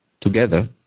together